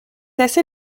assez